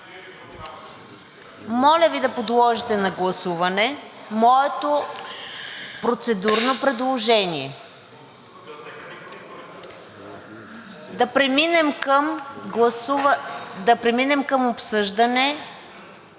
Моля Ви да подложите на гласуване моето процедурно предложение да преминем към обсъждане